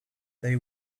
they